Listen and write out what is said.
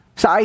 sa